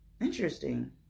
Interesting